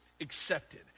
accepted